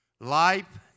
Life